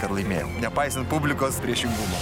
kad laimėjau nepaisant publikos priešingumo